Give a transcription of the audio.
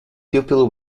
pupil